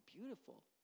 beautiful